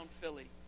Philly